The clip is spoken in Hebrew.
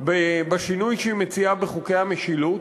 בשינוי שהיא מציעה בחוקי המשילות?